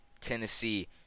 Tennessee